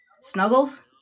Snuggles